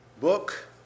book